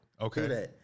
Okay